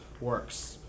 works